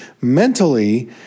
mentally